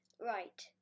right